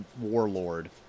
warlord